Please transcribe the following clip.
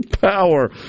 power